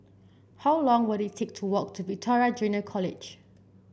how long will it take to walk to Victoria Junior College